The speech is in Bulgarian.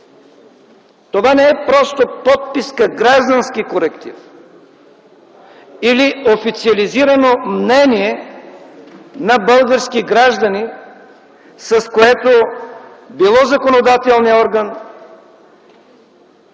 Това не е просто подписка, граждански коректив или официализирано мнение на български граждани, с което – било законодателният орган,